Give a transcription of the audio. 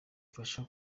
ifasha